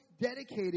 dedicated